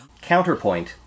Counterpoint